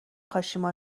کاشیما